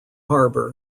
harbor